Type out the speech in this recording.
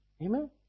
Amen